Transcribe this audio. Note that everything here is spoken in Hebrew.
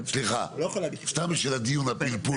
סתם בשביל הדיון, הפלפול.